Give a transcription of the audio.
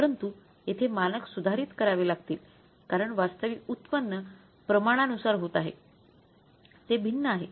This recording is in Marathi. परंतु येथे मानक सुधारित करावे लागतील कारण वास्तविक उत्पन्न प्रमाणानुसार होत नाही ते भिन्न आहे